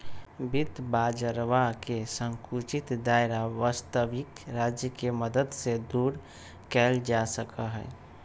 वित्त बाजरवा के संकुचित दायरा वस्तबिक राज्य के मदद से दूर कइल जा सका हई